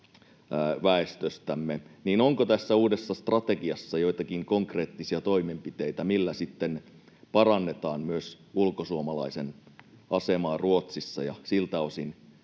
Onko tässä uudessa strategiassa joitakin konkreettisia toimenpiteitä, millä sitten parannetaan myös ulkosuomalaisen asemaa Ruotsissa ja siltä osin